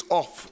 off